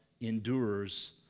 endures